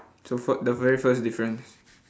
so fort~ the very first difference